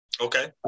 Okay